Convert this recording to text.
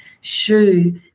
shoe